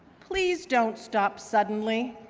please don't stop suddenly.